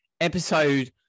episode